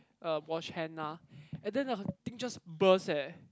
um wash hand uh and then the thing just burst eh